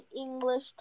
English